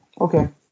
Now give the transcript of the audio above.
Okay